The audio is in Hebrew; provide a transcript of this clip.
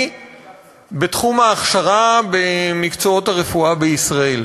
בתחום ההכשרה במקצועות הרפואה בישראל.